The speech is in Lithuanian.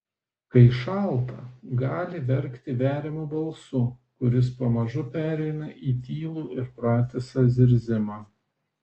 kai šalta gali verkti veriamu balsu kuris pamažu pereina į tylų ir pratisą zirzimą